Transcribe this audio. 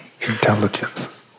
intelligence